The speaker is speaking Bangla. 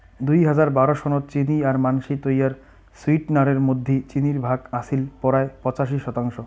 দুই হাজার বারো সনত চিনি আর মানষি তৈয়ার সুইটনারের মধ্যি চিনির ভাগ আছিল পরায় পঁচাশি শতাংশ